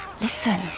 Listen